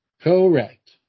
Correct